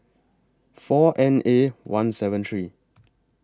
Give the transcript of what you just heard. four N A one seven three